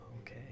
Okay